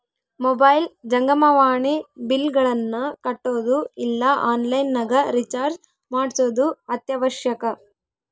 mobile ಜಂಗಮವಾಣಿ ಬಿಲ್ಲ್ಗಳನ್ನ ಕಟ್ಟೊದು ಇಲ್ಲ ಆನ್ಲೈನ್ ನಗ ರಿಚಾರ್ಜ್ ಮಾಡ್ಸೊದು ಅತ್ಯವಶ್ಯಕ